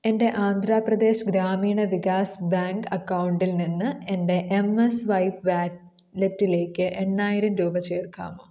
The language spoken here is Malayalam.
എൻ്റെ ആന്ധ്രാപ്രദേശ് ഗ്രാമീണ വികാസ് ബാങ്ക് അക്കൗണ്ടിൽനിന്ന് എൻ്റെ എം സ്വൈപ്പ് വാലറ്റിലേക്ക് എണ്ണായിരം രൂപ ചേർക്കാമോ